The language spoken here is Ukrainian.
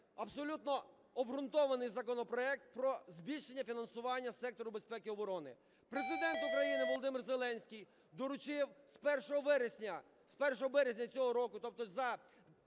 абсолютно обґрунтований законопроект про збільшення фінансування сектору безпеки і оборони. Президент України Володимир Зеленський доручив з 1 вересня... з 1 березня цього року, тобто за